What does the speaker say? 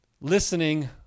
listening